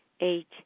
Eight